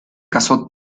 casó